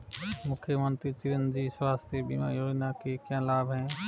मुख्यमंत्री चिरंजी स्वास्थ्य बीमा योजना के क्या लाभ हैं?